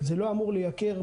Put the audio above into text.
זה לא אמור לייקר,